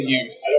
use